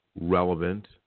relevant